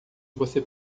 você